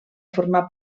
formar